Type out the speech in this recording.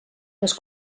les